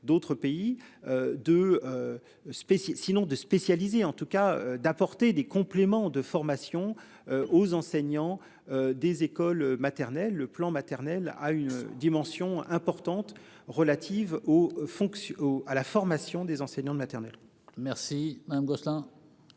d'autres pays de. Spécial sinon de spécialisée en tout cas d'apporter des compléments de formation. Aux enseignants. Des écoles maternelles. Le plan maternelle a une dimension importante relative aux fonctions au à la formation des enseignants de maternelle. Merci Madame Gosselin.